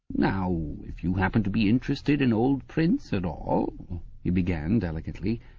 now, if you happen to be interested in old prints at all he began delicately.